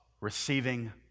receiving